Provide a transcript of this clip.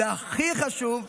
והכי חשוב,